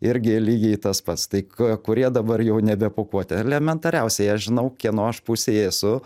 irgi lygiai tas pats tai k kurie dabar jau nebepūkuoti elementariausiai aš žinau kieno aš pusėj esu